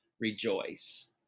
rejoice